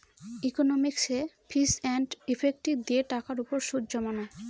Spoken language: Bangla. ইকনমিকসে ফিচ এন্ড ইফেক্টিভ দিয়ে টাকার উপর সুদ জমানো